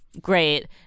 great